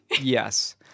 Yes